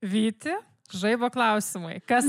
vyti žaibo klausimai kas